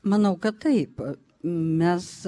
manau kad taip mes